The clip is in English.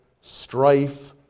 strife